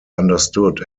understood